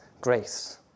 grace